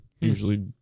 usually